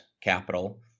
capital